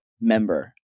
member